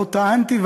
לא טענתי,